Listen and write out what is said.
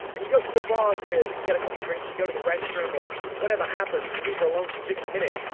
and you go to the bar to to get a couple of drinks, you go to the restroom or whatever happens, you leave her alone for just a minute.